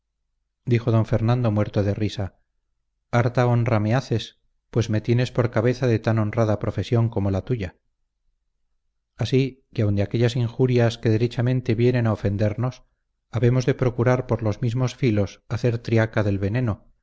dijo don fernando muerto de risa harta honra me haces pues me tienes por cabeza de tan honrada profesión como la tuya así que aun de aquellas injurias que derechamente vienen a ofendernos habemos de procurar por los mismos filos hacer triaca del veneno